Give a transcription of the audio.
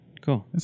cool